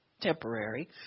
temporary